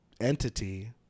entity